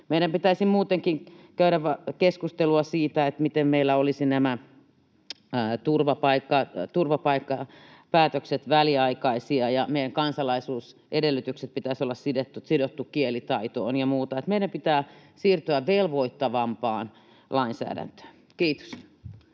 Meidän pitäisi muutenkin käydä keskustelua siitä, miten meillä olisivat turvapaikkapäätökset väliaikaisia, ja meidän kansalaisuusedellytysten pitäisi olla sidottu kielitaitoon ja muuta. Meidän pitää siirtyä velvoittavampaan lainsäädäntöön. — Kiitos.